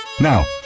Now